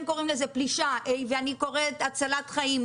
קוראים לזה פלישה ואני קוראת הצלת חיים,